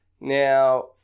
Now